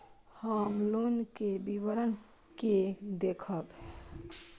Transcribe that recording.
हम लोन के विवरण के देखब?